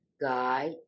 Guy